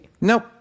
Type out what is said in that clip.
Nope